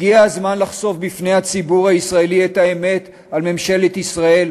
הגיע הזמן לחשוף בפני הציבור הישראלי את האמת על ממשלת ישראל,